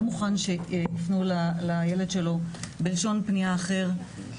מוכן שיפנו לילד שלו בלשון פנייה אחרת,